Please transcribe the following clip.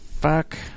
fuck